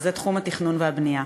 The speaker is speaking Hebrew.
וזה תחום התכנון והבנייה.